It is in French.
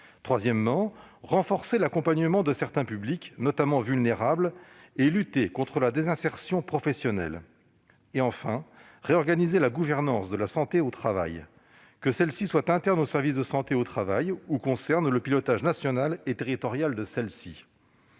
Troisièmement, renforcer l'accompagnement de certains publics, notamment vulnérables, et lutter contre la désinsertion professionnelle. Quatrièmement, et enfin, réorganiser la gouvernance de la santé au travail, que celle-ci soit interne aux SST ou concerne le pilotage national et territorial de celle-ci.